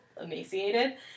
emaciated